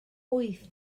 wyth